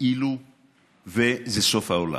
כאילו זה סוף העולם.